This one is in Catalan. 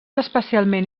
especialment